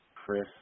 Chris